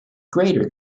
greater